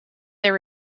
their